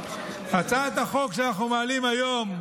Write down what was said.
הצעת החוק שאנחנו מעלים היום,